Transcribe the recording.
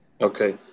Okay